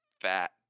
fat